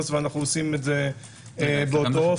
ואנו עושים את זה באותו אופן.